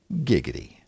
giggity